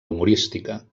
humorística